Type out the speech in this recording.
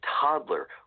toddler